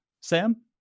Sam